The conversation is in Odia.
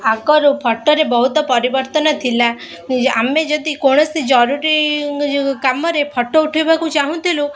ଆଗରୁ ଫଟୋରେ ବୋହୁତ ପରିବର୍ତ୍ତନ ଥିଲା ଆମେ ଯଦି କୌଣସି ଜରୁରୀ କାମରେ ଫଟୋ ଉଠେଇବାକୁ ଚାହୁଁଥିଲୁ